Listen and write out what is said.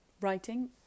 writing